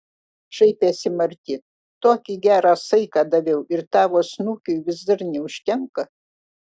šaipėsi marti tokį gerą saiką daviau ir tavo snukiui vis dar neužtenka